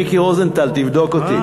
מיקי רוזנטל, תבדוק אותי.